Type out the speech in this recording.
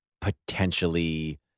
potentially